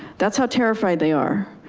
that's how terrified they are.